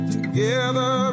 Together